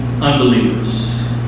unbelievers